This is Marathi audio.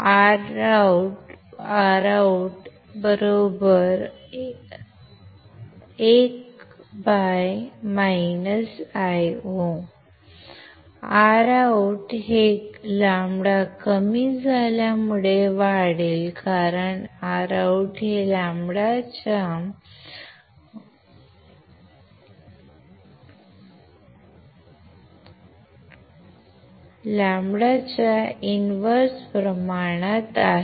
ROUT 1 Io ROUT हे λ कमी झाल्यामुळे वाढेल कारण ROUT हे λ च्या व्यस्त प्रमाणात आहे